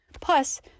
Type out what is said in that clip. Plus